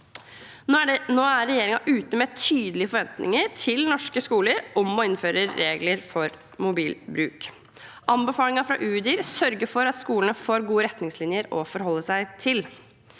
Nå er regjeringen ute med tydelige forventninger til norske skoler om å innføre regler for mobilbruk. Anbefalingen fra Udir sørger for at skolene får gode retningslinjer å forholde seg til.